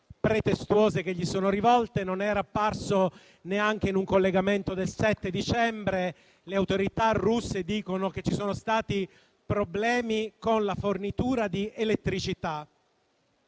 pretestuose che gli sono rivolte e non era apparso neanche in un collegamento del 7 dicembre. Le autorità russe dicono che ci sono stati problemi con la fornitura di elettricità.